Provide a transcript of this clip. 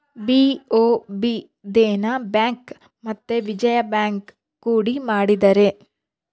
BOB Dena bank ಮತ್ತೆ Vijaya bank ಕೂಡಿ ಮಾಡಿದರೆ